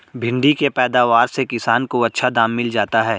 भिण्डी के पैदावार से किसान को अच्छा दाम मिल जाता है